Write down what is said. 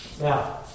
Now